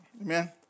Amen